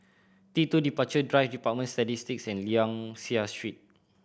T Two Departure Drive Department of Statistics and Liang Seah Street